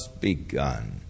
begun